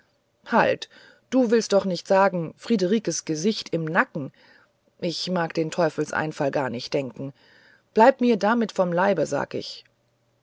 halt du willst doch nicht sagen friederikens gesicht im nacken ich mag den teufelseinfall gar nicht denken bleib mir damit vom leibe sag ich